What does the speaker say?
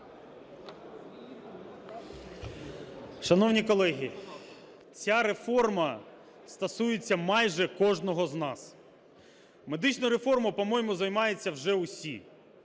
Шановні колеги, ця реформа стосується майже кожного з нас. Медичною реформою, по-моєму, займаються вже усі,